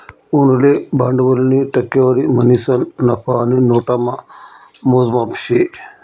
उनले भांडवलनी टक्केवारी म्हणीसन नफा आणि नोटामा मोजमाप शे